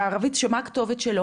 שמה הכתובת שלו?